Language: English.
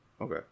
okay